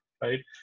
right